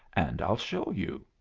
and i'll show you.